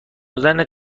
دادن